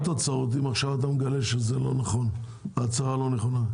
התוצאות אם אתה מגלה שההצהרה לא נכונה?